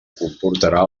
comportarà